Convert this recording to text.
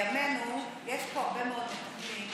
בימינו יש פה הרבה מאוד מטפלים,